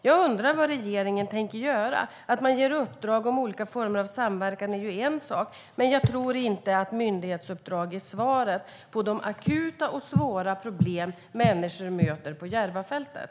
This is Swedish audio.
Jag undrar vad regeringen tänker göra. Att man ger uppdrag om olika former av samverkan är ju en sak, men jag tror inte att myndighetsuppdrag är svaret på de akuta och svåra problem som människor möter på Järvafältet.